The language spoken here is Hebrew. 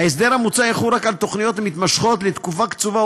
ההסדר המוצע יחול רק על תוכניות מתמשכות לתקופה קצובה,